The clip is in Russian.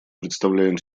представляем